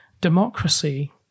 democracy